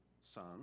son